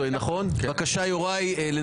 טוב, פתחתי את הדיון.